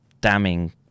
damning